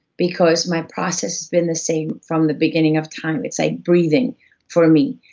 because my process has been the same from the beginning of time, it's like breathing for me.